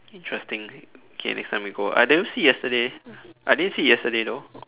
interesting okay next time we go I never see yesterday I didn't see it yesterday though